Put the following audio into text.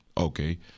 Okay